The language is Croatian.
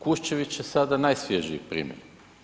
Kuščević je sada najsvježiji primjer.